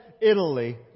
Italy